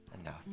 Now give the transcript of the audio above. enough